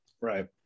Right